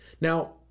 Now